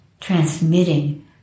transmitting